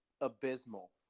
abysmal